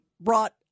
brought